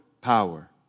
power